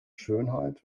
schönheit